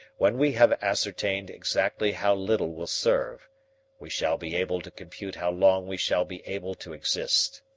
when we have ascertained exactly how little will serve we shall be able to compute how long we shall be able to exist.